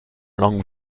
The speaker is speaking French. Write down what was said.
langue